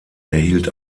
erhielt